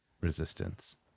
resistance